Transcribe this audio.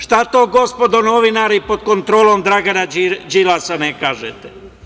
Što to, gospodo novinari pod kontrolom Dragana Đilasa, ne kažete?